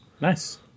Nice